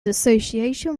association